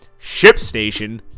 ShipStation